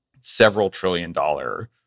several-trillion-dollar